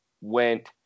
went